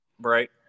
Right